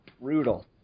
brutal